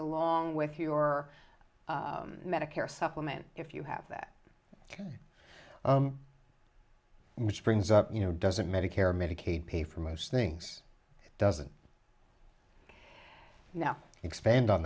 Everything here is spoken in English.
along with your medicare supplement if you have that which brings up you know doesn't medicare medicaid pay for most things doesn't now expand on